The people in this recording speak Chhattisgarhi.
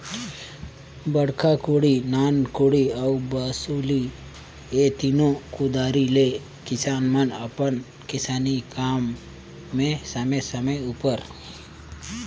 बड़खा कोड़ी, नान कोड़ी अउ बउसली ए तीनो कुदारी ले किसान मन अपन किसानी काम मे समे समे उपर